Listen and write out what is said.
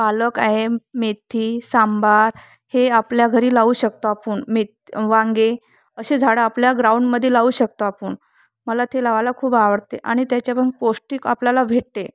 पालक आहे मेथी सांबार हे आपल्या घरी लावू शकतो आपण मे वांगे असे झाडं आपल्या ग्राउंडमध्ये लावू शकतो आपण मला ते लावायला खूप आवडते आणि त्याच्यापण पौष्टिक आपल्याला भेटते